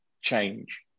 change